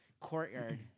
courtyard